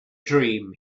dream